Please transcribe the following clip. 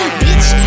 bitch